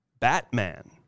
Batman